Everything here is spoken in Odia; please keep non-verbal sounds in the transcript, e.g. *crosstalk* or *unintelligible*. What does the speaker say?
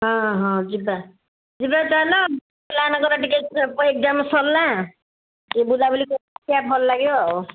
ହଁ ହଁ ଯିବା ଯିବା ଚାଲ *unintelligible* ସାରିଲା *unintelligible* ଭଲ ଲାଗିବ ଆଉ